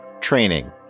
training